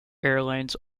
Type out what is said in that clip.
airlines